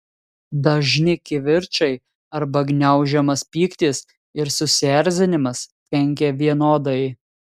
dažni kivirčai arba gniaužiamas pyktis ir susierzinimas kenkia vienodai